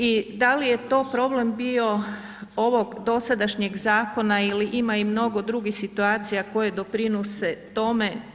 I da li je to problem bio ovog dosadašnjeg zakona jel ima i mnogo drugih situacija koje doprinose tome?